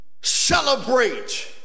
celebrate